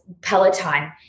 peloton